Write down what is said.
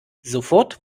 sofort